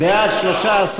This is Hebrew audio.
בעד, 13,